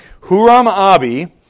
Huram-Abi